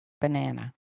banana